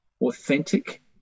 authentic